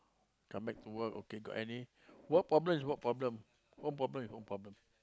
come back to work got any work problems is work problem work problem is work problem